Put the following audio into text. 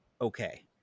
Okay